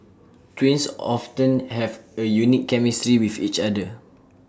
twins often have A unique chemistry with each other